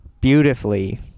beautifully